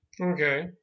Okay